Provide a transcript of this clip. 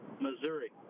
Missouri